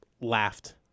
laughed